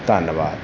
ਧੰਨਵਾਦ